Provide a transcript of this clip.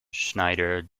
schneider